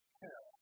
hell